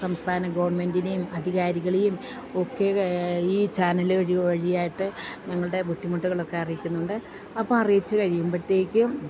സംസ്ഥാന ഗെവൺമെൻ്റിനെയും അധികാരികളെയും ഒക്കെ ഈ ചാനല് വഴി വഴിയായിട്ട് ഞങ്ങളുടെ ബുദ്ധിമുട്ടുകളൊക്കെ അറിയിക്കുന്നുണ്ട് അപ്പം അറിയിച്ച് കഴിയുമ്പോഴത്തേക്കും